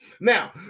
Now